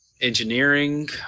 Engineering –